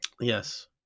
yes